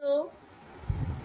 तो